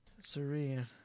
Serene